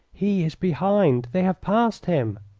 he is behind. they have passed him.